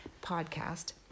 podcast